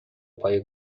پایه